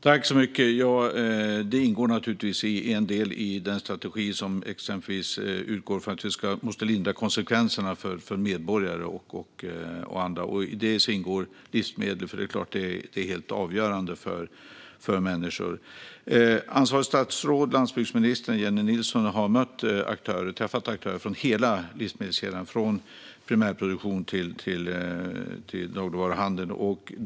Fru talman! Det ingår naturligtvis i den strategi som utgår exempelvis från att vi måste lindra konsekvenserna för medborgare och andra. Här ingår livsmedel, för det är klart att detta är helt avgörande för människor. Ansvarigt statsråd, landsbygdsminister Jennie Nilsson, har träffat aktörer från hela livsmedelskedjan, från primärproduktion till dagligvaruhandel.